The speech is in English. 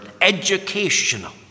educational